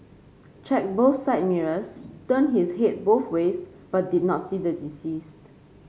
checked both side mirrors turned his head both ways but did not see the deceased